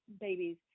babies